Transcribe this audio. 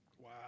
Wow